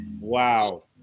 Wow